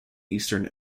eastern